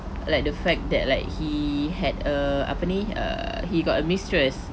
like the fact that like he had uh apa ni err he got a mistress